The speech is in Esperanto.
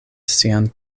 sian